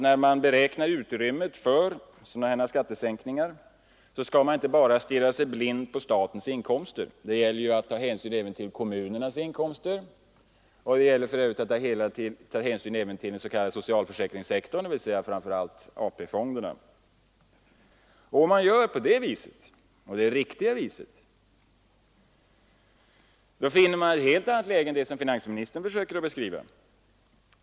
När man beräknar utrymmet för sådana skattesänkningar skall man för övrigt inte stirra sig blind på bara statens inkomster. Det gäller att ta hänsyn också till kommunernas inkomster, och det gäller för övrigt även att ta hänsyn till hela den s.k. socialförsäkringssektorn, dvs. framför allt AP-fonderna. Om man gör på det viset — på det riktiga viset — finner man ett helt annat läge än det finansministern beskriver.